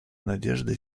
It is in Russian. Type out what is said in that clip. надежды